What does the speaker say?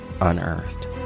unearthed